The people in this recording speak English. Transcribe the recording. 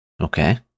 Okay